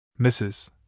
Mrs